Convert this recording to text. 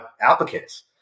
applicants